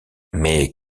mais